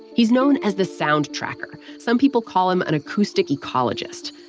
he's known as the sound tracker. some people call him an acoustic ecologist.